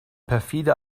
perfide